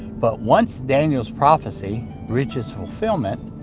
but once daniel's prophecy reached its fulfillment,